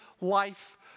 life